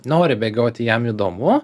nori bėgioti jam įdomu